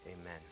Amen